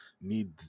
need